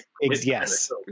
Yes